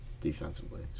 defensively